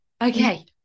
Okay